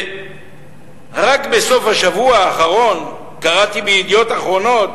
רק בסוף השבוע האחרון קראתי ב"ידיעות אחרונות"